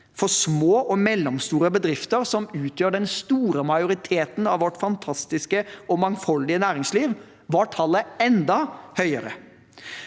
For små- og mellomstore bedrifter, som utgjør den store majoriteten av vårt fantastiske og mangfoldige næringsliv, var tallet enda høyere.